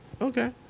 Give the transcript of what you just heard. Okay